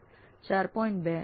8 4